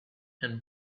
and